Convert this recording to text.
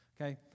okay